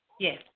Yes